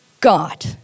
God